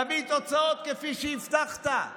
תביא תוצאות כפי שהבטחת.